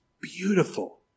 beautiful